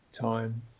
time